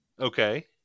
Okay